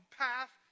path